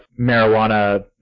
marijuana